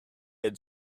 had